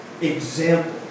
example